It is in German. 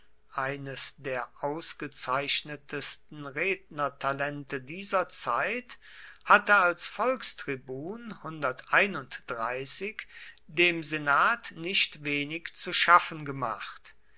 eines der ausgezeichnetsten rednertalente dieser zeit hatte als volkstribun dem senat nicht wenig zu schaffen gemacht